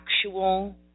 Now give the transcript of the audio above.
actual